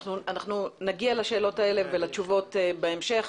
אנחנו נגיע לשאלות האלה ולתשובות בהמשך.